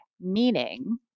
meaning